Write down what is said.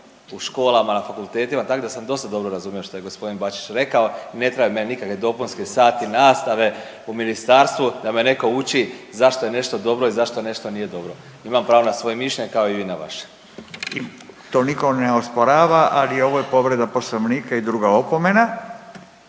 u školama, na fakultetima, također, da sam dosta dobro razumio što je g. Bačić rekao, ne trebaju meni nikakvi dopunski sati nastave u ministarstvu da me netko uči zašto je nešto dobro i zašto nešto nije dobro. Imam pravo na svoje mišljenje, kao i vi na vaše. **Radin, Furio (Nezavisni)** To nitko ne osporava, ali ovo je povreda Poslovnika i druga opomena.